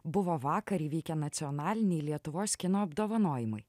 buvo vakar įvykę nacionaliniai lietuvos kino apdovanojimai